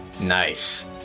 Nice